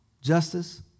justice